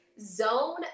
zone